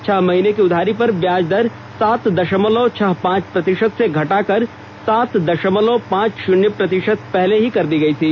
छह महीने की उधारी पर ब्याज दर सात दशमलव छह पांच प्रतिशत से घटाकर सात दशमलव पांच शून्य प्रतिशत पहले ही कर दी गई थी